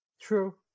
True